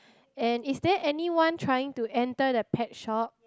and is there anyone trying to enter the pet shop